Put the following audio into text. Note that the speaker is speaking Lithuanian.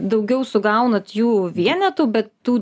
daugiau sugaunat jų vienetų bet tų